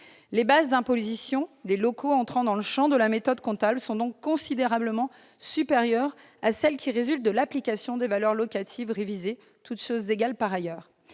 Les bases d'imposition des locaux entrant dans le champ de la méthode comptable sont donc considérablement supérieures à celles qui résultent de l'application des valeurs locatives révisées, toutes choses égales par ailleurs.